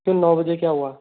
क्यों नौ बजे क्या हुआ